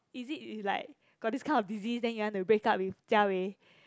is it like got this kind of disease then you want to break up with jia wei